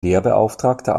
lehrbeauftragter